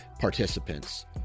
participants